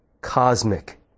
cosmic